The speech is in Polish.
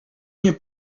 nie